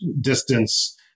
distance